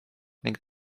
ning